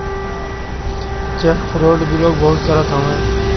check fraud भी लोग बहुते करत हवे